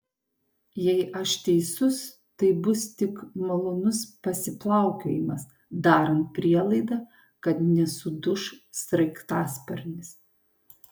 jei aš teisus tai bus tik malonus pasiplaukiojimas darant prielaidą kad nesuduš sraigtasparnis